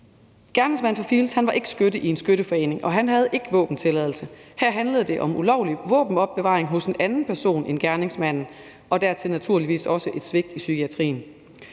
Gerningsmanden fra Field's var ikke skytte i en skytteforening, og han havde ikke våbentilladelse. Her handlede det om ulovlig våbenopbevaring hos en anden person end gerningsmanden og dertil naturligvis også om et svigt i psykiatrien.